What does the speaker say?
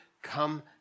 Come